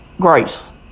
grace